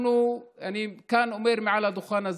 אני כאן אומר מעל הדוכן הזה: